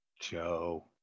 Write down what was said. Joe